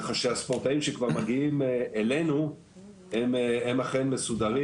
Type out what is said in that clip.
ככה שהספורטאים שכבר מגיעים אלינו הם אכן מסודרים